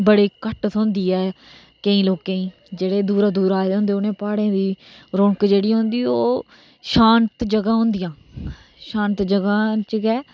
बड़ी घट्ट थ्होंदी ऐ केंईं लोकें गी जेहडे़ दूरा दूरा आए दे होंदे प्हाडे़ दी रौनक जेहड़ी होंदी ओह् शांत जगह होदियां शांत जगह च गै